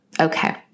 Okay